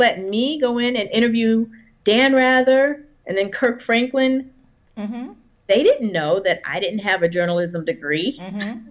let me go in and interview dan rather and then kirk franklin they didn't know that i didn't have a journalism degree